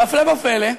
והפלא ופלא,